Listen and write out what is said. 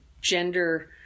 gender